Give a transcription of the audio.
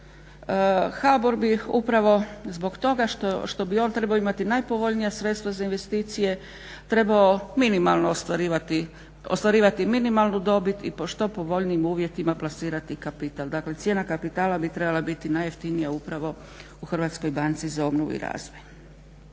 HBOR bi upravo zbog toga što bi on trebao imati najpovoljnija sredstva za investicije trebao ostvarivati minimalnu dobit i po što povoljnijim uvjetima plasirati kapital. Dakle, cijena kapitala bi trebala biti najjeftinija upravo u HBOR-u. I tu za nas u SDP-u